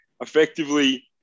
effectively